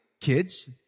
kids